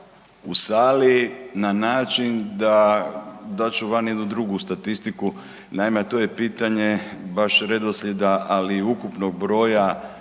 u sali na način da dat ću vam jednu drugu statistiku, naime a to je pitanje baš redoslijeda ali i ukupnog broja